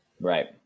Right